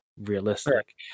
realistic